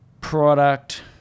product